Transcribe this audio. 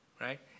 right